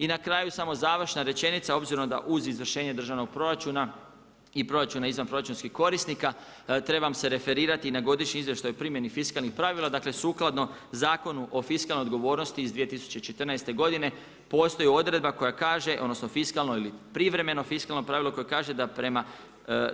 I na kraju, samo završna rečenica obzirom da uz izvršenje državnom proračuna i proračuna izvanproračunskih korisnika, treba se referirati na godišnji izvještaj u primjeni fiskalnih pravila, dakle sukladno Zakonu o fiskalnoj odgovornosti iz 2014. godine, postoji odredba koja kaže odnosno fiskalno ili privremeno fiskalno pravilo koje kaže